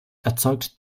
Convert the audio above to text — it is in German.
erzeugt